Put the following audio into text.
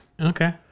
Okay